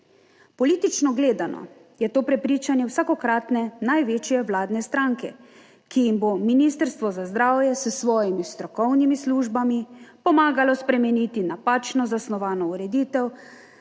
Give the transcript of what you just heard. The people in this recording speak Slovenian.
Politično gledano je to prepričanje vsakokratne največje vladne stranke, ki jim bo Ministrstvo za zdravje s svojimi strokovnimi službami pomagalo spremeniti napačno zasnovano ureditev,